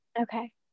Okay